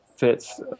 fits